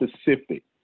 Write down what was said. specific